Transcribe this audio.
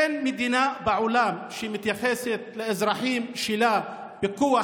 אין מדינה בעולם שמתייחסת לאזרחים שלה בכוח